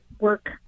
work